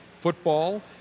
football